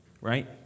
right